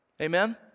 Amen